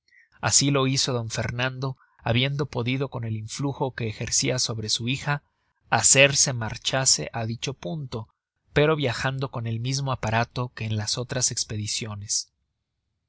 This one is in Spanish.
asi lo hizo d fernando habiendo podido con el influjo que ejercia sobre su hija hacer se marchase á dicho punto pero viajando con el mismo aparato que en las otras espediciones